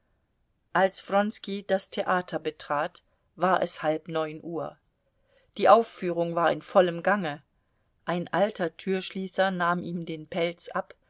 als wronski das theater betrat war es halb neun uhr die aufführung war in vollem gange ein alter türschließer nahm ihm den pelz ab